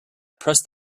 pressed